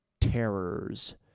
Terrors